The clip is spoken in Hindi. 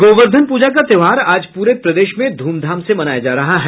गोवर्धन पूजा का त्योहार आज पूरे प्रदेश में धूमधाम से मनाया जा रहा है